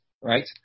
right